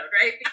right